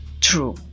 True